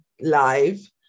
live